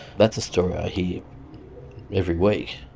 that's a story i hear every week,